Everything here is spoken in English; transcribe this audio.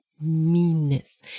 meanness